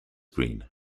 green